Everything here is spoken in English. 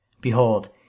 Behold